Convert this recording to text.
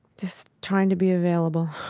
just trying to be available?